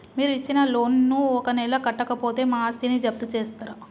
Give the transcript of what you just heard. మీరు ఇచ్చిన లోన్ ను ఒక నెల కట్టకపోతే మా ఆస్తిని జప్తు చేస్తరా?